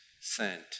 sent